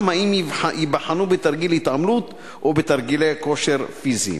אם ייבחנו בתרגיל התעמלות או בתרגילי כושר פיזי?